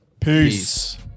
Peace